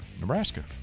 Nebraska